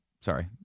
Sorry